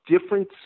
different